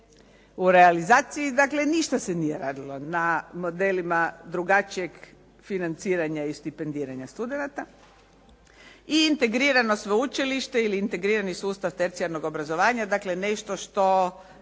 u realizaciji, dakle ništa se nije radilo na modelima drugačijeg financiranja i stipendiranja studenata i integrirano sveučilište ili integrirani sustav tercijarnog obrazovanja, dakle nešto što